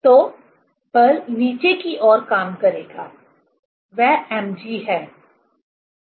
तो बल नीचे की ओर काम करेगा वह mg है